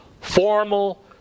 formal